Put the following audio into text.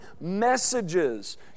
messages